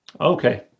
Okay